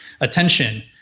Attention